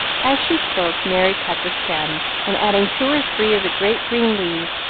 as she spoke, merry cut the stem, and, adding two or three of the great green leaves,